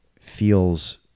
feels